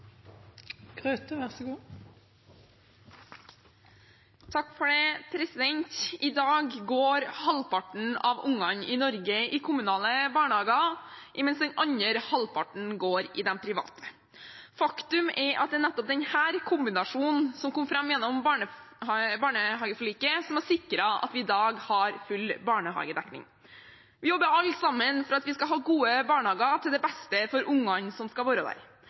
I dag går halvparten av ungene i Norge i kommunale barnehager, mens den andre halvparten går i de private. Faktum er at det er nettopp denne kombinasjonen, som kom fram gjennom barnehageforliket, som har sikret at vi i dag har full barnehagedekning. Vi jobber alle for at vi skal ha gode barnehager, til beste for ungene som skal være der.